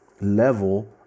level